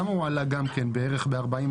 למה הוא עלה גם כן בערך ב-40%?